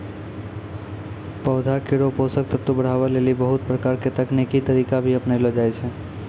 पौधा केरो पोषक तत्व बढ़ावै लेलि बहुत प्रकारो के तकनीकी तरीका भी अपनैलो जाय छै